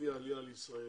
לפי העלייה לישראל,